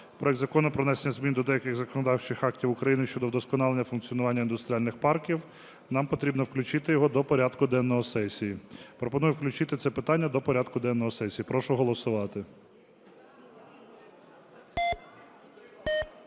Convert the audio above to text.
проект Закону про внесення змін до деяких законодавчих актів України щодо вдосконалення функціонування індустріальних парків. Нам потрібно включити його до порядку денного сесії. Пропоную включити це питання до порядку денного сесії. Прошу голосувати.